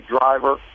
driver